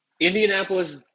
Indianapolis